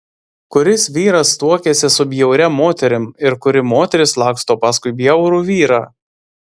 kuris vyras tuokiasi su bjauria moterim ir kuri moteris laksto paskui bjaurų vyrą